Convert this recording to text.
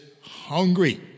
hungry